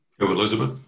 Elizabeth